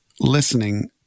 listening